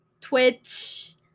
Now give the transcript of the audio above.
Twitch